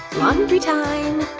laundry time!